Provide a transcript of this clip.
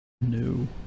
new